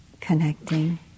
connecting